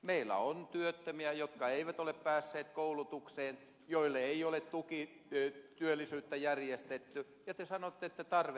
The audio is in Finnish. meillä on työttömiä jotka eivät ole päässeet koulutukseen joille ei ole tukityöllisyyttä järjestetty ja te sanotte että tarve tyydytetään